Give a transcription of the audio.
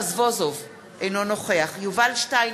אינו נוכח יואל רזבוזוב,